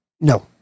No